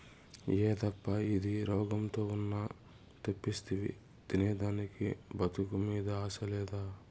యేదప్పా ఇది, రోగంతో ఉన్న తెప్పిస్తివి తినేదానికి బతుకు మీద ఆశ లేదా